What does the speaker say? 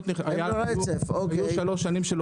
היו שלוש שנים של הוראת שעה.